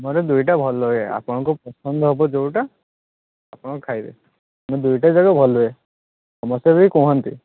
ମୋର ଦୁଇଟା ଭଲ ହୁଏ ଆପଣଙ୍କ ପସନ୍ଦ ହେବ ଯେଉଁଟା ଆପଣ ଖାଇବେ ମୋର ଦୁଇଟା ଯାକ ଭଲ ହୁଏ ସମସ୍ତେ ବି କୁହନ୍ତି